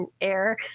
air